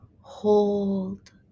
hold